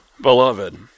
beloved